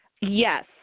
Yes